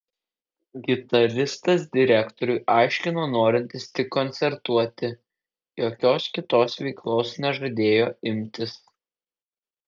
gitaristas direktoriui aiškino norintis tik koncertuoti jokios kitos veiklos nežadėjo imtis